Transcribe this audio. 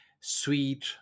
sweet